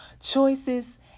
choices